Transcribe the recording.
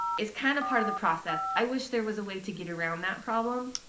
it's kind of part of the process i wish there was a way to get around that problem.